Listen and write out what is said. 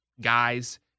guys